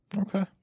Okay